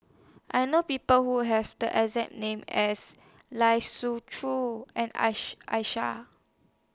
I know People Who Have The exact name as Lai Siu Chiu and Aisyah